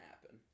happen